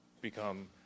become